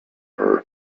her